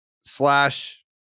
slash